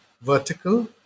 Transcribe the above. vertical